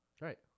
Right